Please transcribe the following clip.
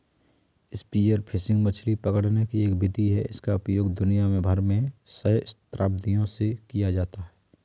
spear fishing मछली पकड़ने की एक विधि है जिसका उपयोग दुनिया भर में सहस्राब्दियों से किया जाता रहा है